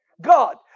God